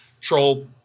troll